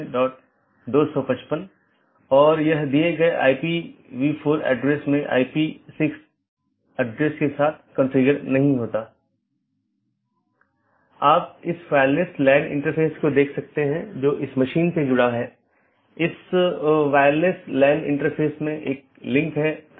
यह प्रत्येक सहकर्मी BGP EBGP साथियों में उपलब्ध होना चाहिए कि ये EBGP सहकर्मी आमतौर पर एक सीधे जुड़े हुए नेटवर्क को साझा करते हैं